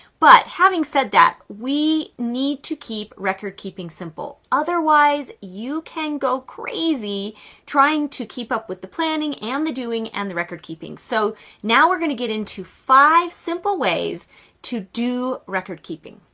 but having said that, we need to keep record keeping simple, otherwise you can go crazy trying to keep up with the planning and the doing and the record keeping. so now we're going to get into five simple ways to do record keeping.